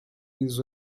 ils